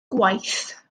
gwaith